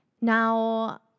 Now